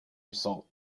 result